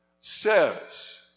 says